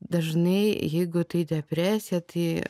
dažnai jeigu tai depresija tai